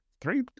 Three